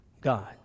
God